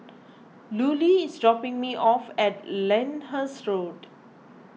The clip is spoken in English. Lulie is dropping me off at Lyndhurst Road